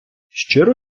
щиро